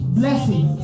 blessing